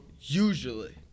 usually